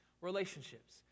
relationships